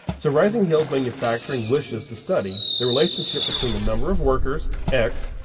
so rising hills manufacturing wishes to study the relationship between the number of workers, x,